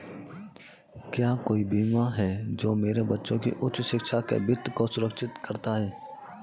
क्या कोई बीमा है जो मेरे बच्चों की उच्च शिक्षा के वित्त को सुरक्षित करता है?